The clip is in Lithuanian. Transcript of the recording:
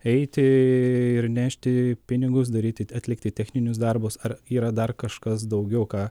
eiti ir nešti pinigus daryti atlikti techninius darbus ar yra dar kažkas daugiau ką